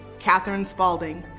katherine spaulding.